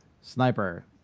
sniper